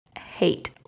hate